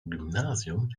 gymnasium